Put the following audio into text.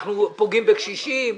אנחנו פוגעים בקשישים,